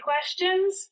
questions